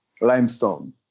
limestone